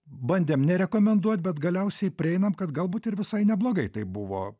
bandėm nerekomenduot bet galiausiai prieinam kad galbūt ir visai neblogai taip buvo